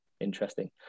interesting